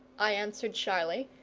i answered shyly,